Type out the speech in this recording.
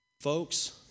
Folks